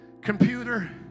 computer